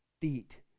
feet